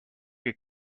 che